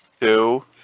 Two